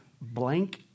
blank